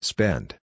Spend